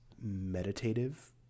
Meditative